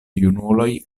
junuloj